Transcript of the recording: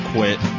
Quit